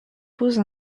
pose